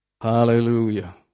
Hallelujah